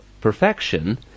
perfection